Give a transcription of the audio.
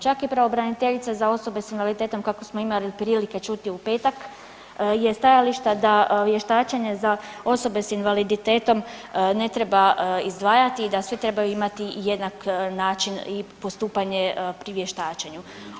Čak i pravobraniteljica za osobe sa invaliditetom kako smo imali prilike čuti u petak je stajališta da vještačenje za osobe sa invaliditetom ne treba izdvajati i da svi trebaju imati jednak način i postupanje pri vještačenju?